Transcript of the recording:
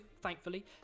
thankfully